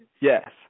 yes